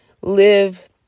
live